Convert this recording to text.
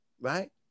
right